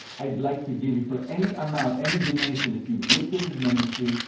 i'd like to give you for any amount, any donation that you give to this ministry,